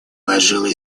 ложится